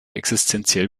existenziell